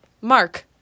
Mark